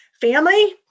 family